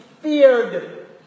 feared